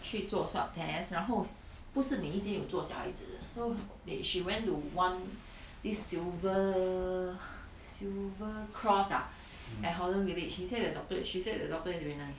去做 swab test 然后不是每一间都有做小孩子的 so they she went to one this silver silver cross ah at holland village she said the doctor she said the doctor is very nice